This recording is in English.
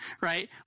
right